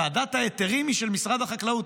ועדת ההיתרים היא של משרד החקלאות,